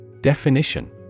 Definition